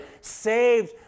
saved